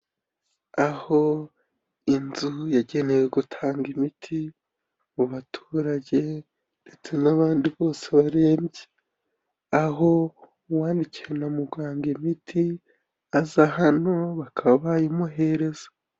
Aho inzu yagenewe gutanga imiti mu baturage ndetse n'abandi bose barembye, aho uwandikiwe na muganga imiti, aza hano bakaba bayimuhereza.